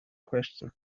question